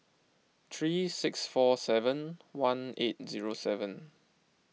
three six four seven one eight zero seven